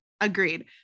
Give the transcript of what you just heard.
Agreed